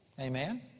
Amen